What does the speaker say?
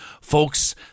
Folks